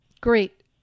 Great